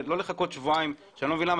לא לחכות שבועיים ואני לא מבין למה